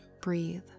breathe